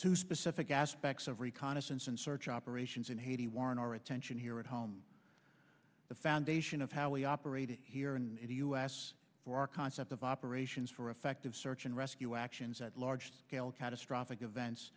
two specific aspects of reconnaissance and search operations in haiti war in our attention here at home the foundation of how we operated here in the u s for our concept of operations for effective search and rescue actions at large scale catastrophic events